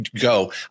go